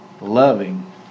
loving